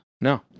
No